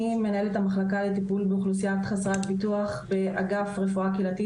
אני מנהלת המחלקה לטיפול באוכלוסייה חסרת ביטוח באגף רפואה קהילתית,